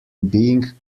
being